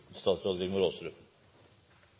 statsråd Aasrud